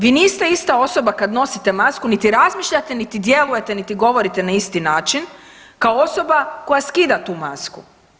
Vi niste ista osoba kad nosite masku, niti razmišljate, niti djelujete, niti govorite na isti način kao osoba koja skida tu masku.